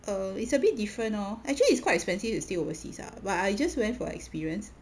err it's a bit different lor actually it's quite expensive to stay overseas ah but I just for experience